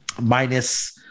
minus